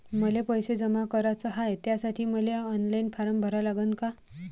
मले पैसे जमा कराच हाय, त्यासाठी मले ऑनलाईन फारम भरा लागन का?